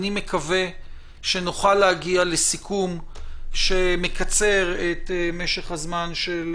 אני מקווה שנוכל להגיע לסיכום שמקצר את משך הזמן של